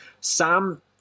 Sam